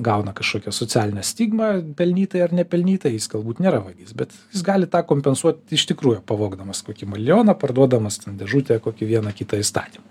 gauna kažkokią socialinę stigmą pelnytai ar nepelnytai jis galbūt nėra vagis bet jis gali tą kompensuot iš tikrųjų pavogdamas kokį milijoną parduodamas ten dėžutę kokį vieną kitą įstatymą